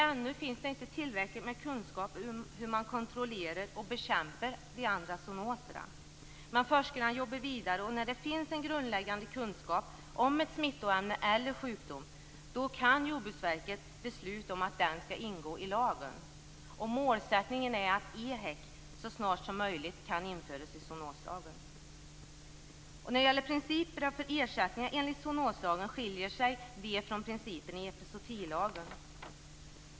Ännu finns inte tillräckliga kunskaper om hur man kontrollerar och bekämpar andra zoonoser. Men forskarna jobbar vidare och när det finns en grundläggande kunskap om ett smittoämne eller en sjukdom kan Jordbruksverket besluta att den skall ingå i lagen. Målsättningen är att EHEC så snart som möjligt kan införas i zoonoslagen. Principen för ersättningar enligt zoonoslagen skiljer sig från principen i epizootilagen.